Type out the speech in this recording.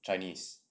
chinese